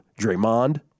Draymond